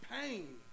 pain